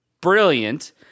brilliant